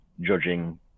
judging